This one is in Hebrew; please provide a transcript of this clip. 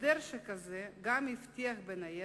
הסדר שכזה גם יבטיח, בין היתר,